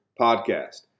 Podcast